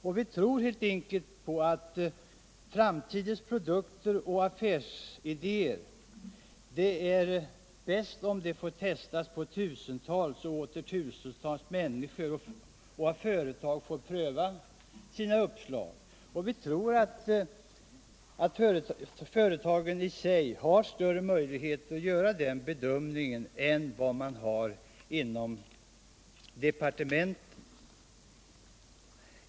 Och vi tror helt enkelt alt det är bäst om framtidens produkter och affärsidéer får testas på tusentals och åter tusentals människor och om företagen får pröva sina uppslag. Vi tror att företagen i sig har större möjligheter att göra den bedömningen än man har inom departementet.